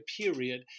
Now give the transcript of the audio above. period